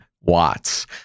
watts